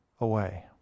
away